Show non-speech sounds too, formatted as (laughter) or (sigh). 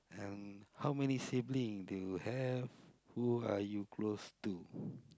um how many sibling do you have who are you close to (breath)